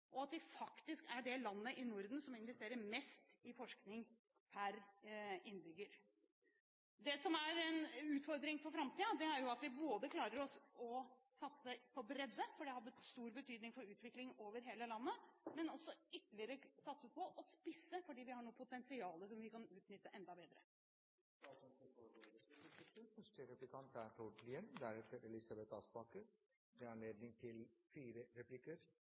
internasjonalt. Vi er faktisk det landet i Norden som investerer mest i forskning per innbygger. Det som er en utfordring for framtiden, er at vi ikke bare klarer å satse på bredde, for det har stor betydning for utvikling over hele landet, men at vi også satser ytterligere på å spisse, fordi vi har et potensial som vi kan utnytte enda bedre.